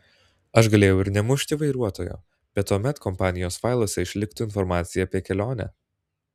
aš galėjau ir nemušti vairuotojo bet tuomet kompanijos failuose išliktų informacija apie kelionę